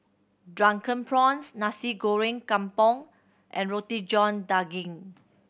Drunken Prawns Nasi Goreng Kampung and Roti John Daging